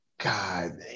God